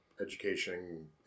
education